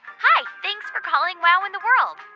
hi. thanks for calling wow in the world.